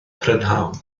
prynhawn